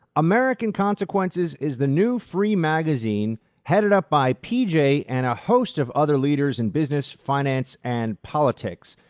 american consequences is the new free magazine headed up by p j. and host of other leaders in business, finance, and politics.